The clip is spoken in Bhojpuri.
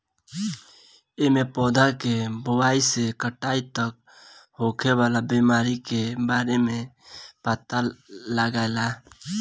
एमे पौधा के बोआई से कटाई तक होखे वाला बीमारी के बारे में पता लागेला